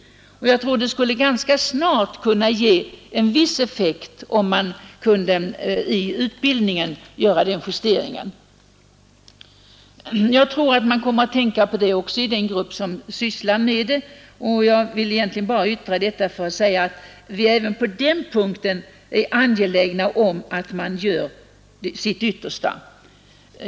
Jag tror att en förändring i vidareutbildningen ganska snart skulle kunna ge effekt. Den grupp som sysslar med planeringen kommer säkert att tänka även på detta.